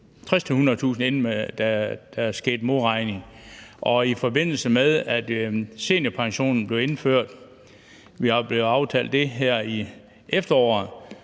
kr., inden der skete modregning. Og i forbindelse med at seniorpensionen blev indført, da vi aftalte det her i efteråret,